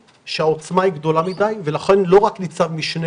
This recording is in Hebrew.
שהעוצמה היא גדולה מידי ולכן לא רק ניצב משנה,